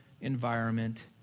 environment